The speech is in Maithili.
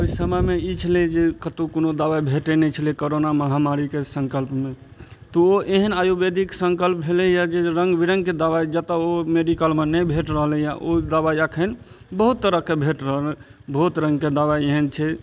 ओइ समयमे ई छलय जे कतहु कोनो दबाइ भेटय नहि छलय कोरोना महामारीके सङ्कल्पमे तऽ ओ एहन आयुर्वेदिक सङ्कल्प भेलइए जे रङ्ग बिरङ्गके दबाइ जतऽ ओ मेडिकलमे नहि भेट रहलइ अइ ओ दबाइ एखन बहुत तरहके भेट रहल बहुत रङ्गके दबाइ एहन छै